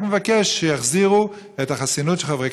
אני רק מבקש שיחזירו את החסינות של חברי